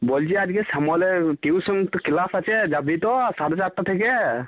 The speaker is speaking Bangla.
বলছি আজকে শ্যামলের টিউশন তো ক্লাস আছে যাবি তো সাড়ে চারটা থেকে